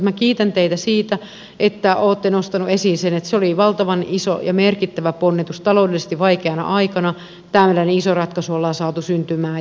minä kiitän teitä siitä että olette nostaneet esiin sen että oli valtavan iso ja merkittävä ponnistus taloudellisesti vaikeana aikana että tämmöinen iso ratkaisu on saatu syntymään